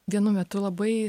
vienu metu labai